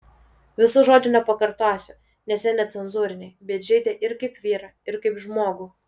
visų žodžių nepakartosiu nes jie necenzūriniai bet žeidė ir kaip vyrą ir kaip žmogų